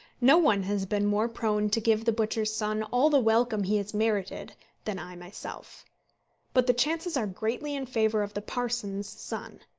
no one has been more prone to give the butcher's son all the welcome he has merited than i myself but the chances are greatly in favour of the parson's son.